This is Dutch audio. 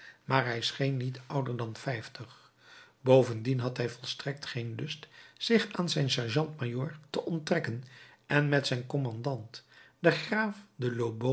maar hij scheen niet ouder dan vijftig bovendien had hij volstrekt geen lust zich aan zijn sergeant-majoor te onttrekken en met zijn kommandant den graaf de